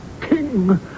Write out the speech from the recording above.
king